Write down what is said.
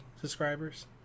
subscribers